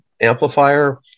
amplifier